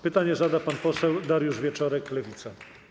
Pytanie zada pan poseł Dariusz Wieczorek, Lewica.